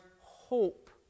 hope